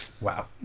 Wow